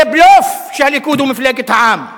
זה בלוף שהליכוד הוא מפלגת העם.